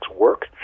work